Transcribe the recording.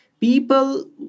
people